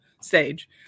stage